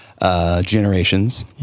Generations